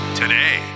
today